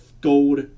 Gold